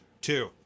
Two